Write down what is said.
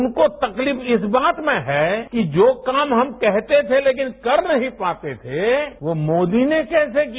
उनको तकलीफ इस बात में है कि जो काम हम कहते थे तेकिन कर नहीं पाते थे वो मोदी ने कैसे किया